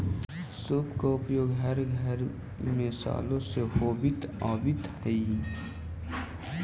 सूप के प्रयोग हर घर में सालो से होवित आवित हई